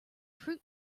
fruit